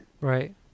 Right